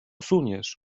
usuniesz